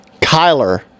Kyler